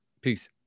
Peace